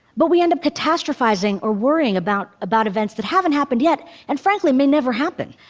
but we end up catastrophizing or worrying about about events that haven't happened yet and frankly may never happen.